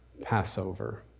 Passover